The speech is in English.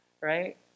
Right